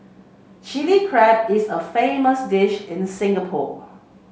Chilli Crab is a famous dish in Singapore